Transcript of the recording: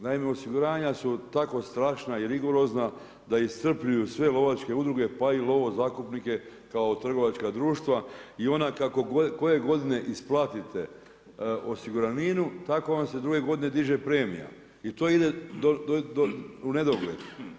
Naime, osiguranja su tako strašna i rigorozna da iscrpljuju sve lovačke udruge pa i lovozakupnike kao trgovačka društva i ona kako koje godine isplatite osiguraninu, tako vam se druge godine diže premija i to ide do u nedogled.